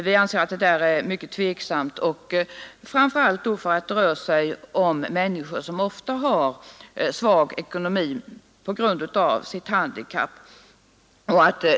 Vi anser att det är mycket tveksamt, framför allt därför att det rör sig om människor som redan tidigare ofta har svag ekonomi på grund av sitt handikapp.